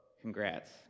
congrats